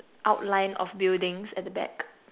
outline of buildings at the back